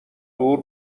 دور